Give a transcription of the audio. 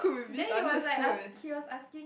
then he was like ask he was asking